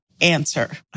answer